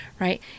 right